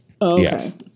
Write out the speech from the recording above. yes